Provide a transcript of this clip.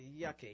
yucky